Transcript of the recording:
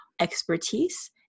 expertise